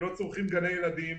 הם לא צורכים גני ילדים,